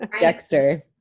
Dexter